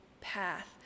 path